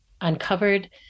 uncovered